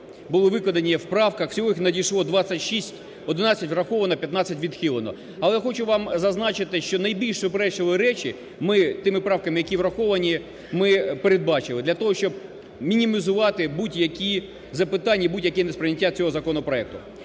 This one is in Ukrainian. були викладені в правках, всього їх надійшло 26, 11 враховано, 15 відхилено. Але хочу вам зазначити, що найбільш суперечливі речі, ми тими правками, які враховані, ми передбачили для того, щоб мінімізувати будь-які запитання і буде-яке несприйняття цього законопроекту.